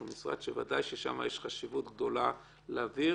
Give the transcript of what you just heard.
שהוא משרד שוודאי שיש בו חשיבות גדולה להעביר.